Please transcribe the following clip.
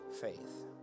faith